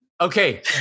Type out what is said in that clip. Okay